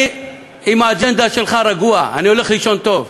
אני עם האג'נדה שלך רגוע, אני הולך לישון טוב.